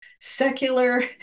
secular